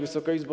Wysoka Izbo!